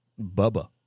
Bubba